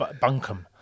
bunkum